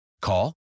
Call